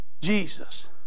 Jesus